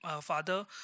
father